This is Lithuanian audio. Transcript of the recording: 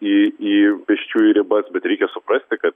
į į pėsčiųjų ribas bet reikia suprasti kad